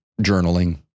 journaling